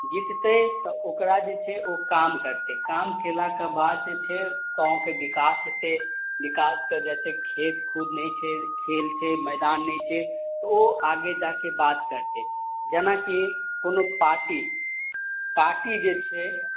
जीततै तऽ ओकरा जे छै ओ काम करतय काम कयलाक बाद जे छै गाँवके विकास हेतय विकास कऽ जतऽ खेल कूद नहि छै खेल छै मैदान नहि छै तऽ ओ आगे जाके बात करतय जेना कि कोनो पार्टी पार्टी जे छै